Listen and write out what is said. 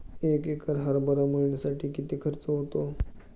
एक एकर हरभरा मळणीसाठी किती खर्च होतो?